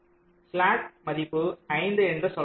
slack மதிப்பு 5 என்று சொல்லலாம்